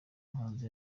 muhanzi